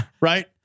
right